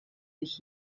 sich